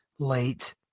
late